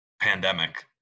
pandemic